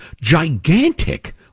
gigantic